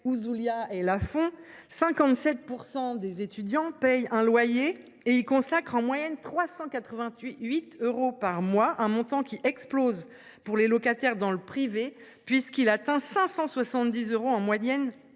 Laurent Lafon, 57 % des étudiants paient un loyer et y consacrent en moyenne 388 euros par mois. Ce montant explose pour les locataires du privé, puisqu’il atteint 570 euros en moyenne